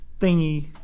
thingy